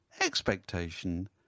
expectation